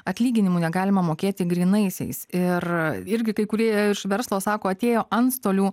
atlyginimų negalima mokėti grynaisiais ir irgi kai kurie iš verslo sako atėjo antstolių